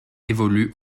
évolue